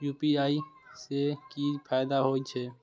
UPI से की फायदा हो छे?